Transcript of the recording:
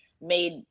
made